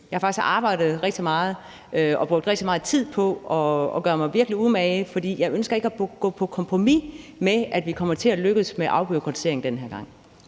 har arbejdet rigtig meget og brugt rigtig meget tid på at gøre mig virkelig umage. For jeg ønsker ikke at gå på kompromis med, at vi kommer til at lykkes med afbureaukratiseringen den her gang.